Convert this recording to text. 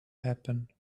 happen